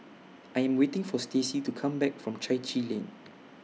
I Am waiting For Stacy to Come Back from Chai Chee Lane